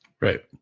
right